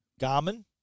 Garmin